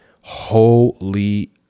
Holy